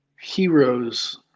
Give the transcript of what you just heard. heroes